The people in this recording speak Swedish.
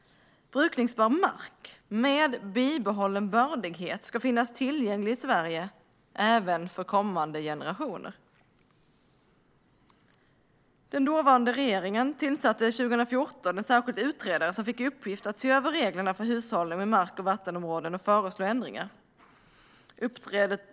Brukbar mark med bibehållen bördighet ska finnas tillgänglig i Sverige även för kommande generationer. Den dåvarande regeringen tillsatte 2014 en särskild utredare som fick i uppgift att se över reglerna för hushållning med mark och vattenområden och föreslå ändringar.